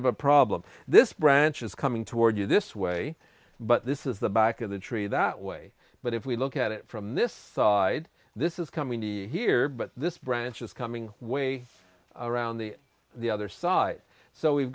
of a problem this branch is coming toward you this way but this is the back of the tree that way but if we look at it from this side this is coming the here but this branch is coming way around the the other side so we've